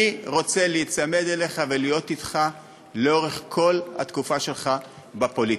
אני רוצה להיצמד אליך ולהיות אתך לאורך כל התקופה שלך בפוליטיקה.